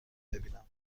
ببینم